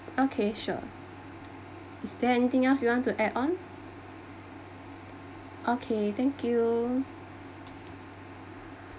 okay sure is there anything else you want to add on okay thank you